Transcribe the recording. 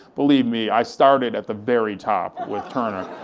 believe me, i started at the very top with turner.